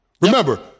Remember